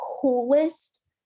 coolest